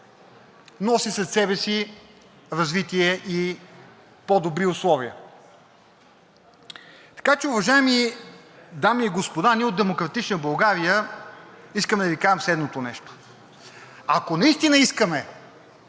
носи след себе си развитие и по-добри условия. Уважаеми дами и господа, ние от „Демократична България“ искаме да Ви кажем следното нещо: ако наистина искаме